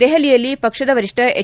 ದೆಹಲಿಯಲ್ಲಿ ಪಕ್ಷದ ವರಿಷ್ಠ ಎಚ್